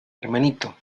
hermanito